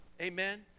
Amen